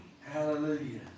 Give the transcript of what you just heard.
Hallelujah